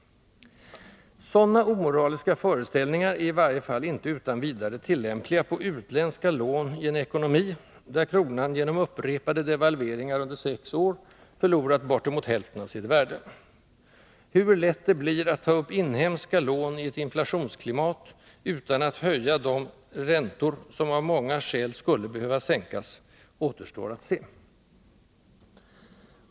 Sådana omoraliska föreställningar är i varje fall inte utan vidare tillämpliga på utländska lån i en ekonomi där kronan genom upprepade devalveringar under sex år förlorat bortemot hälften av sitt värde. Hur lätt det blir att ta upp inhemska lån i ett inflationsklimat utan att höja de räntor som av många skäl skulle behöva sänkas återstår att se.